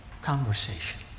Conversation